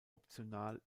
optional